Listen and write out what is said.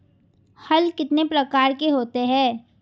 हल कितने प्रकार के होते हैं?